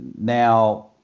now